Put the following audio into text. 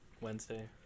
Wednesday